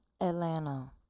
Atlanta